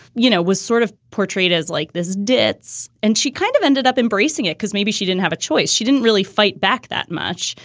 you know, was sort of portrayed as like this ditz and she kind of ended up embracing it because maybe she didn't have a choice. she didn't really fight back that much.